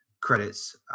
credits